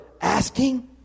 asking